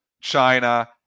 China